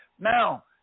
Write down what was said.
Now